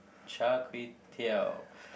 Char-Kway-Teow